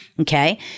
Okay